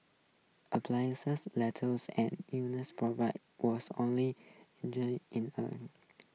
letters and illness program was only injury in her